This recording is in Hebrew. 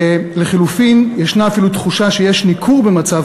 ולחלופין יש אפילו תחושה שיש ניכור במצב